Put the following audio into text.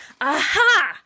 aha